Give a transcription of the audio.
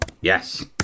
Yes